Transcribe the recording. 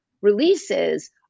releases